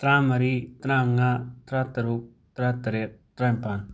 ꯇꯔꯥꯃꯔꯤ ꯇꯔꯥꯃꯉꯥ ꯇꯔꯥꯇꯔꯨꯛ ꯇꯔꯥꯇꯔꯦꯠ ꯇꯔꯥꯏꯝꯄꯥꯟ